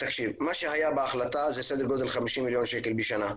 מה שהיה בהחלטה זה סדר גודל של 50 מיליון שקל בשנה,